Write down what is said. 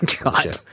God